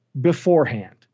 beforehand